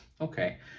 Okay